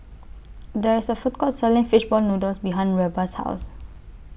There IS A Food Court Selling Fish Ball Noodles behind Reba's House